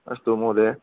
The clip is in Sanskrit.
अस्तु महोदयः